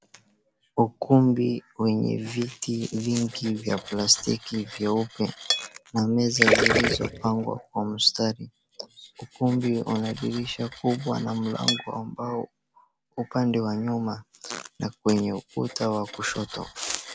Ukumbi wenye viti vingi vya plastiki vyeupe na meza zilizopangwa kwa mstari. Ukumbi una dirisha kubwa na mlango ambao upande wa nyuma na kwenye ukuta wa kushoto.